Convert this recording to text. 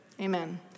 Amen